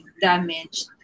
damaged